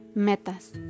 Metas